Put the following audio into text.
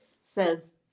says